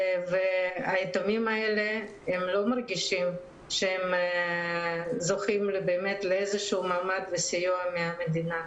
והיתומים האלה לא מרגישים שהם זוכים לאיזשהו מעמד וסיוע מהמדינה.